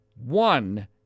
one